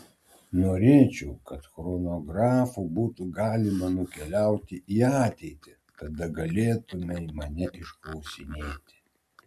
norėčiau kad chronografu būtų galima nukeliauti į ateitį tada galėtumei mane išklausinėti